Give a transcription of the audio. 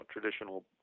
traditional